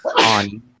on